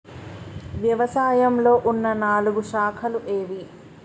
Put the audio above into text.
వ్యవసాయంలో ఉన్న నాలుగు శాఖలు ఏవి?